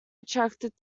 attracted